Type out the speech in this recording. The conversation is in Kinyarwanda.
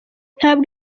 ntabwo